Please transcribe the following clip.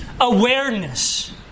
awareness